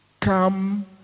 come